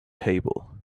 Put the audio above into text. table